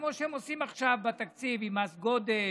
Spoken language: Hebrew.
כמו שהם עושים עכשיו בתקציב עם מס גודש,